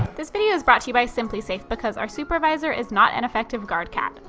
this video is brought to you by simplisafe because our supurrvisor is not an effective guard cat.